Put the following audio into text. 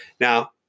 now